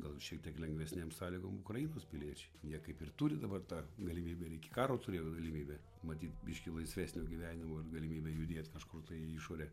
gal šiek tiek lengvesnėm sąlygom ukrainos piliečiai jie kaip ir turi dabar tą galimybę ir iki karo turėjo galimybę matyt biškį laisvesnio gyvenimo ir galimybę judėt kažkur tai į išorę